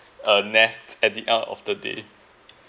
a nest at the end of the day